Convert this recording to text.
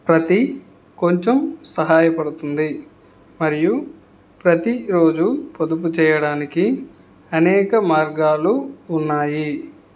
ప్రతి కొంచెం సహాయపడుతుంది మరియు ప్రతి రోజు పొదుపు చేయడానికి అనేక మార్గాలు ఉన్నాయి